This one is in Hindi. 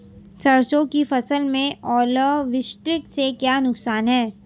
सरसों की फसल में ओलावृष्टि से क्या नुकसान है?